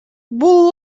бул